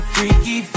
Freaky